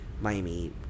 Miami